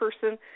person